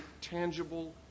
tangible